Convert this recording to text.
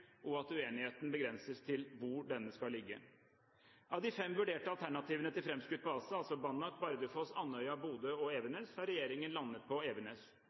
og at uenigheten begrenses til hvor denne skal ligge. Av de fem vurderte alternativene til framskutt base – Banak, Bardufoss, Andøya, Bodø og Evenes – har regjeringen landet på Evenes.